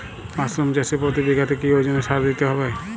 Mushroom চাষে প্রতি বিঘাতে কি ওজনে সার দিতে হবে?